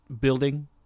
Building